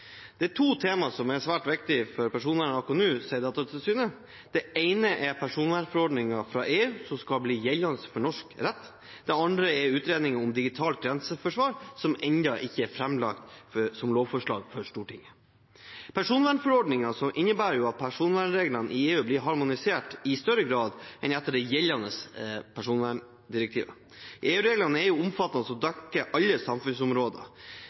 Det er to temaer som er svært viktige for personvernet akkurat nå, sier Datatilsynet. Det ene er personvernforordningen fra EU, som skal bli gjeldende for norsk rett. Det andre er utredningen om digitalt grenseforsvar, som ennå ikke er framlagt som lovforslag for Stortinget. Personvernforordningen innebærer at personvernreglene i EU blir harmonisert i større grad enn etter det gjeldende personverndirektivet. EU-reglene er omfattende og dekker alle samfunnsområder.